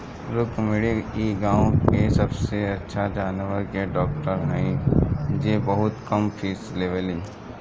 रुक्मिणी इ गाँव के सबसे अच्छा जानवर के डॉक्टर हई जे बहुत कम फीस लेवेली